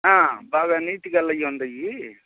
బాగా నీట్గా అలాగే ఉన్నాయి